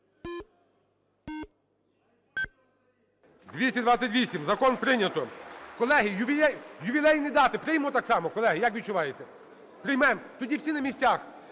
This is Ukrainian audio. За-228 Закон прийнято. (Оплески) Колеги, ювілейні дати приймемо так само, колеги, як відчуваєте? Приймемо. Тоді всі на місцях.